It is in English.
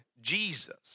Jesus